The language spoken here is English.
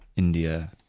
india,